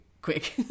quick